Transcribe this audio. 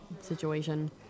situation